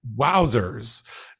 wowzers